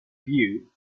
view